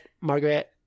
Margaret